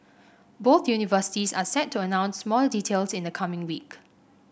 both universities are set to announce more details in the coming week